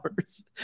hours